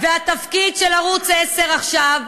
והתפקיד של ערוץ 10 עכשיו,